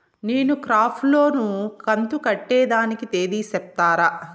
నేను crop loan కంతు కట్టేదానికి తేది సెప్తారా?